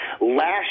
Last